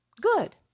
Good